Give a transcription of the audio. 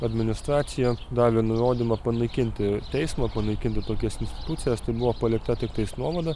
administracija davė nurodymą panaikinti teismą panaikinti tokias institucijas tai buvo palikta tiktais nuovada